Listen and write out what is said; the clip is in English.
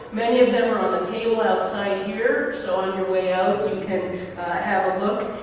many of them are on the table outside here, so on your way out you can have a look.